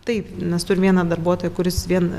taip nes turim vieną darbuotoją kuris vien